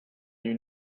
you